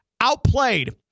Outplayed